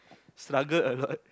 struggle a lot